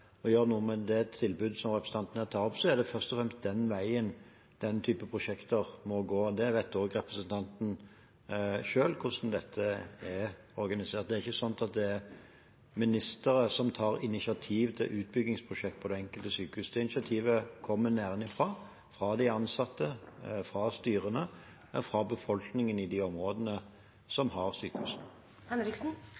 gjøre noe med det tilbudet som representanten her tar opp, er det først og fremst den veien den typen prosjekter må gå. Representanten vet også selv hvordan dette er organisert. Det er ikke sånn at det er ministere som tar initiativ til utbyggingsprosjekter på det enkelte sykehus. Det initiativet kommer nedenfra, fra de ansatte, fra styrene, fra befolkningen i de områdene